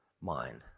mind